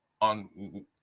on